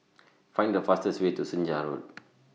Find The fastest Way to Senja Road